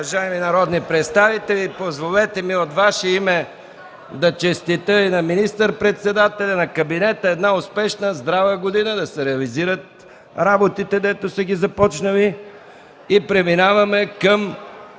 МИХАИЛ МИКОВ: Уважаеми народни представители, позволете ми от Ваше име да честитя и на министър-председателя, и на кабинета – една успешна здрава година, да реализират работите, които са започнали. Преминаваме към